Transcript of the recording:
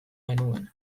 genuen